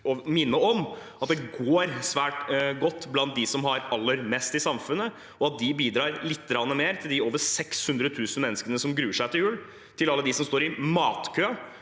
å minne om at det går svært godt blant dem som har aller mest i samfunnet, og at de kan bidra lite grann mer til de over 600 000 menneskene som gruer seg til jul, til alle dem som står i matkø,